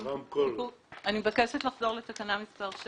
אני מבקשת לחזור לתיקון תקנה 16,